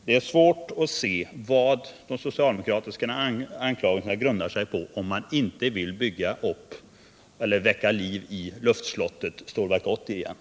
Det är svårt att se vad de socialdemokratiska anklagelserna grundar sig på, om man inte vill väcka till liv drömmen om luftslottet Stålverk 80.